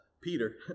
Peter